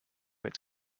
its